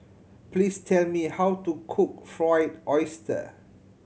please tell me how to cook Fried Oyster